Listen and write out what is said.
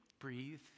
Breathe